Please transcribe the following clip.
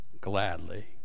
gladly